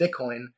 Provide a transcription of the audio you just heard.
Bitcoin